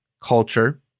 culture